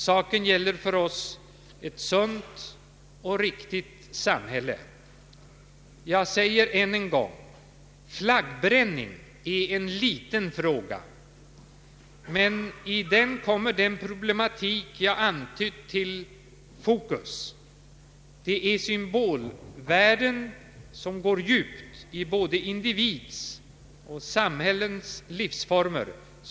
Saken gäller för oss ett sunt och riktigt samhälle. Jag säger än en gång: Flaggbränning är en liten fråga, men genom den kommer hela den problematik som jag har antytt in i fokus. Här gäller det dock symbolvärden som på ett utpräglat sätt berör både individens och samhällets livsformer.